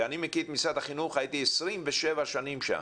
אני מכיר את משרד החינוך, הייתי 27 שנים שם.